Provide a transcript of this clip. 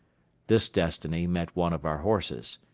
this destiny met one of our horses.